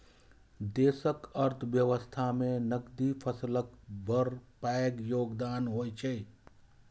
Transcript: देशक अर्थव्यवस्था मे नकदी फसलक बड़ पैघ योगदान होइ छै